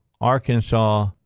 Arkansas